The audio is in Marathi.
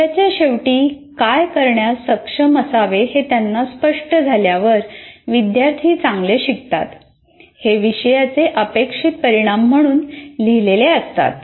विषयाच्या शेवटी काय करण्यास सक्षम असावे हे त्यांना स्पष्ट झाल्यावर विद्यार्थी चांगले शिकतात हे विषयाचे अपेक्षित परीणाम म्हणून लिहिलेले असतात